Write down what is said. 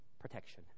protection